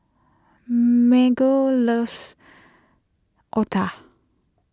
Marge loves Otah